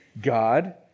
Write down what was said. God